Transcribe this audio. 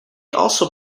also